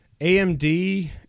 AMD